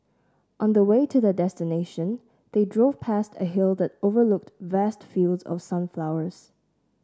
on the way to their destination they drove past a hill that overlooked vast fields of sunflowers